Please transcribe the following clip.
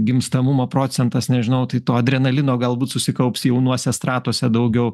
gimstamumo procentas nežinau tai to adrenalino galbūt susikaups jaunuose stratuose daugiau